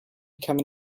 become